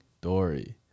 dory